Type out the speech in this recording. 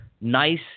nice